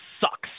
sucks